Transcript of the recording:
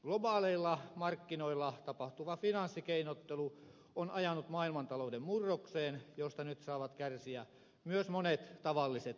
globaaleilla markkinoilla tapahtuva finanssikeinottelu on ajanut maailmantalouden murrokseen josta nyt saavat kärsiä myös monet tavalliset suomalaiset